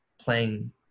playing